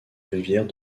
rivières